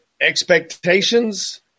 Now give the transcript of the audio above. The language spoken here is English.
expectations